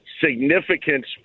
significance